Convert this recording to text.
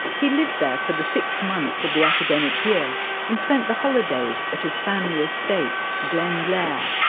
he lived there for the six months of the academic year and spent the holidays at his family estate, glenlair,